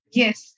yes